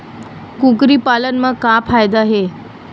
कुकरी पालन म का फ़ायदा हे?